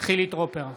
חילי טרופר,